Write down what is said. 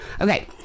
Okay